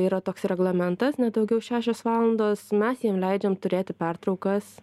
yra toks reglamentas ne daugiau šešios valandos mes jiem leidžiam turėti pertraukas